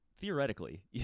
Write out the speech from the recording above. theoretically